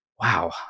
wow